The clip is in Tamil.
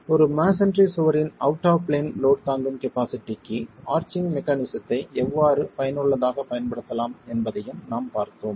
ஒரு மஸோன்றி சுவரின் அவுட் ஆஃப் பிளேன் லோட் தாங்கும் கபாஸிட்டிக்கு ஆர்ச்சிங் மெக்கானிசத்தை எவ்வாறு பயனுள்ளதாகப் பயன்படுத்தலாம் என்பதையும் நாம் பார்த்தோம்